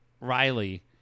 Riley